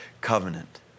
covenant